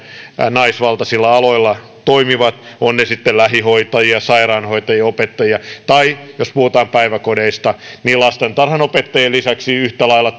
naisvaltaisilla aloilla toimivat ovat he sitten lähihoitajia sairaanhoitajia opettajia tai jos puhutaan päiväkodeista niin lastentarhanopettajien lisäksi yhtä lailla